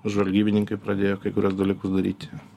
žvalgybininkai pradėjo kai kuriuos dalykus daryti